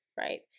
right